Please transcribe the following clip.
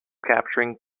capturing